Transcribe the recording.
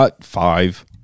Five